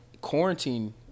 quarantine